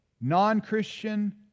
non-Christian